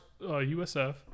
USF